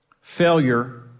Failure